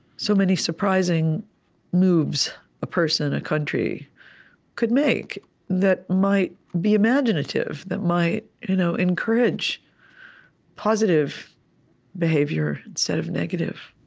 so many surprising moves a person, a country could make that might be imaginative, that might you know encourage positive behavior instead of negative